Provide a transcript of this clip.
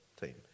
team